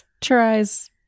tries